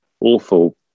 awful